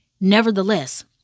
Nevertheless